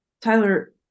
tyler